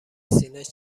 سینهاش